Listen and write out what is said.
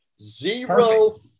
Zero